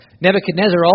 Nebuchadnezzar